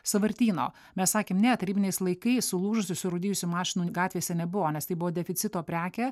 sąvartyno mes sakėm ne tarybiniais laikais sulūžusių surūdijusių mašinų gatvėse nebuvo nes tai buvo deficito prekė